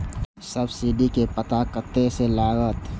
Subsidy के पता कतय से लागत?